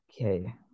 Okay